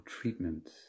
treatments